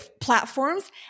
platforms